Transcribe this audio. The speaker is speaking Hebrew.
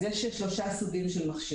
אז לפי ההוראות שלנו יש שלושה סוגים של מכשירים.